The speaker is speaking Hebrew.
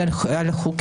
על הוועדה לבחירת שופטים,